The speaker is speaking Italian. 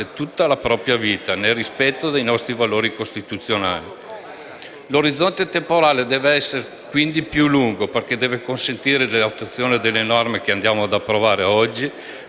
tutta la propria vita, nel rispetto dei nostri valori costituzionali. L'orizzonte temporale deve essere quindi più lungo, perché deve consentire non solo l'attuazione delle norme che andiamo ad approvare oggi,